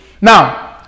now